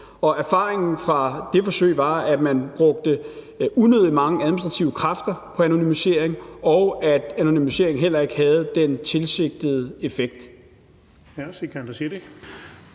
Og erfaringen fra det forsøg var, at man brugte unødig mange administrative kræfter på anonymisering, og at anonymisering heller ikke havde den tilsigtede effekt.